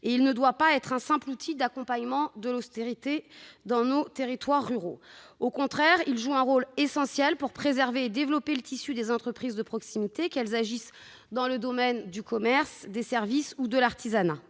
et il ne doit pas être un simple outil d'accompagnement de l'austérité dans nos territoires ruraux. Au contraire, il joue un rôle essentiel pour préserver et développer le tissu des entreprises de proximité, qu'elles agissent dans le domaine du commerce, des services ou de l'artisanat.